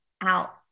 out